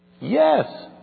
Yes